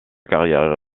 carrière